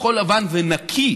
כחול-לבן ונקי,